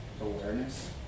Awareness